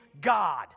God